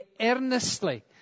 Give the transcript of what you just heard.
earnestly